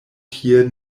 tie